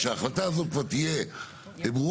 כשההחלטה הזו כבר תהיה ברורה,